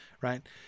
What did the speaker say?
right